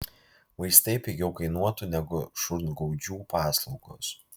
vaistai pigiau kainuotų negu šungaudžių paslaugos